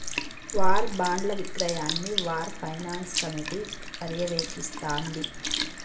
war బాండ్ల విక్రయాన్ని war finance committee పర్యవేక్షిస్తాంది